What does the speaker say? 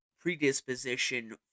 predisposition